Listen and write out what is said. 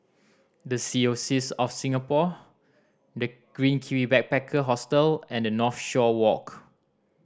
The Diocese of Singapore The Green Kiwi Backpacker Hostel and Northshore Walk